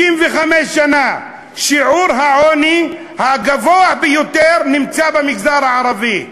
65 שנה שיעור העוני הגבוה ביותר נמצא במגזר הערבי,